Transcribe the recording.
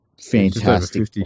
Fantastic